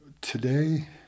today